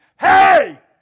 hey